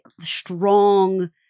strong